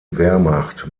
wehrmacht